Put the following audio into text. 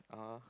(uh huh)